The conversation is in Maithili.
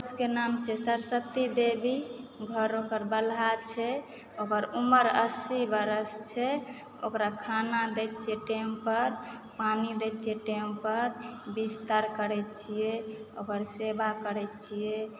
साउसके नाम छियै सरस्वती देवी घर ओकर बलहा छै ओकर उमर अस्सी बरस छै ओकरा खाना दैत छियै टाइम पर पानी दैत छियै टाइम पर बिस्तर करैत छियै ओकर सेवा करैत छियै